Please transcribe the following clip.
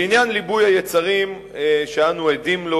לעניין ליבוי היצרים שאנו עדים לו,